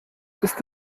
ist